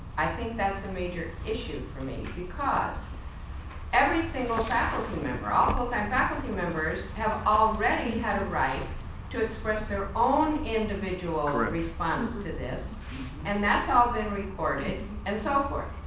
i think that's a major issue me because every single faculty member, all the full time faculty members have already had a right to express their own individual correct. response to this and that's all been recorded and so forth.